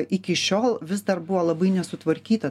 iki šiol vis dar buvo labai nesutvarkyta